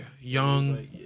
young